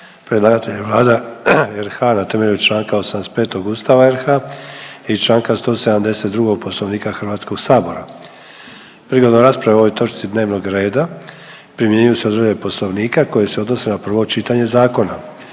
Predlagatelj je Vlada RH na temelju članka 85. Ustava RH i članka 172. Poslovnika Hrvatskog sabora. Prigodom rasprave o ovoj točci dnevnog reda primjenjuju se odredbe Poslovnika koje se odnose na prvo čitanje zakona.